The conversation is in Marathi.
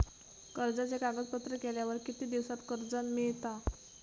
कर्जाचे कागदपत्र केल्यावर किती दिवसात कर्ज मिळता?